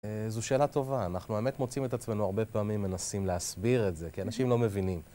זו שאלה טובה. אנחנו האמת מוצאים את עצמנו הרבה פעמים מנסים להסביר את זה, כי אנשים לא מבינים.